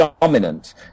dominant